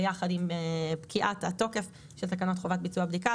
יחד עם פקיעת התוקף של תקנות חובת ביצוע הבדיקה,